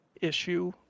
issue